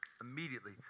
immediately